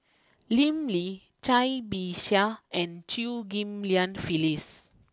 Lim Lee Cai Bixia and Chew Ghim Lian Phyllis